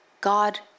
God